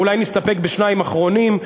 אולי נסתפק בשניים אחרונים: